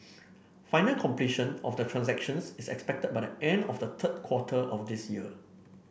final completion of the transactions is expected by the end of the third quarter of this year